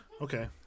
Okay